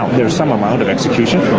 there's some amount of execution